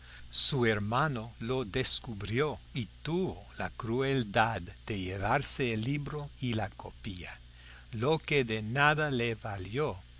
su hermano lo descubrió y tuvo la crueldad de llevarse el libro y la copia lo que de nada le valió